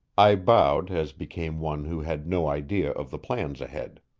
i bowed as became one who had no idea of the plans ahead.